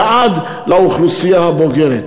ועד לאוכלוסייה הבוגרת.